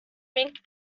make